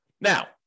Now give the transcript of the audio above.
Now